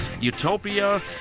utopia